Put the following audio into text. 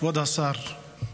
כבוד השר,